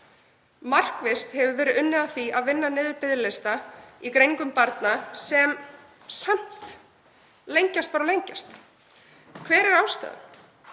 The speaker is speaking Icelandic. Markvisst hefur verið unnið að því að vinna niður biðlista í greiningum barna, sem samt lengjast bara og lengjast. Hver er ástæðan?